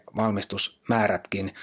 valmistusmäärätkin